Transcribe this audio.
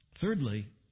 Thirdly